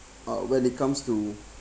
uh when it comes to